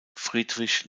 friedrich